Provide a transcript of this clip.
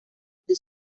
the